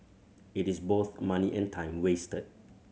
it is both money and time wasted